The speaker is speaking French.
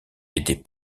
était